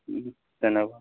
তেনেকুৱা